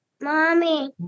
Mommy